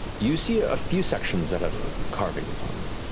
you see a few sections that have carvings on them.